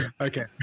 Okay